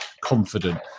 confident